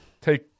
Take